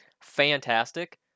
fantastic